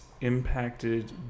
impacted